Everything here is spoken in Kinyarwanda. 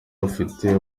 rufite